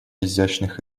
изящных